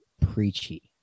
preachy